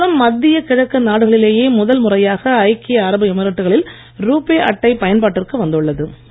இதன் மூலம் மத்திய கிழக்கு நாடுகளிலேயே முதல் முறையாக ஐக்கிய அரபு எமிரேட்டுகளில் ரூபே அட்டை பயன்பாட்டிற்கு வந்துள்ளது